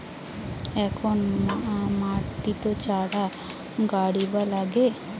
কখন মাটিত চারা গাড়িবা নাগে?